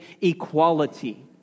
equality